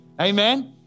amen